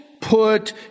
put